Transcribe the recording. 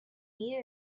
need